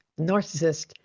narcissist